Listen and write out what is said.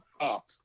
up